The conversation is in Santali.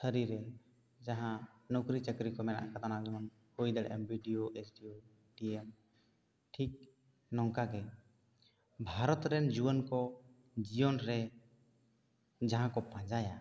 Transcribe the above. ᱨᱮ ᱡᱟᱦᱟᱸ ᱱᱚᱠᱨᱤ ᱪᱟᱹᱠᱨᱤ ᱠᱚ ᱢᱮᱱᱟᱜ ᱟᱠᱟᱫᱟ ᱚᱱᱟ ᱡᱮᱢᱚᱱ ᱦᱩᱭ ᱫᱟᱲᱮᱭᱟᱜᱼᱟ ᱵᱤᱰᱤᱭᱚ ᱮᱥᱰᱤᱭᱚ ᱰᱤᱮᱢ ᱴᱷᱤᱠ ᱱᱚᱝᱠᱟ ᱜᱮ ᱵᱷᱟᱨᱚᱛ ᱨᱮᱱ ᱡᱩᱣᱟᱹᱱ ᱠᱚ ᱡᱤᱭᱚᱱ ᱨᱮ ᱡᱟᱦᱟᱸ ᱠᱚ ᱯᱟᱸᱡᱟᱭᱟ